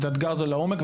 את האתגר הזה לעומק,